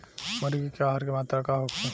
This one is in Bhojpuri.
मुर्गी के आहार के मात्रा का होखे?